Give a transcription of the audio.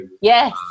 Yes